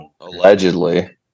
Allegedly